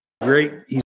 great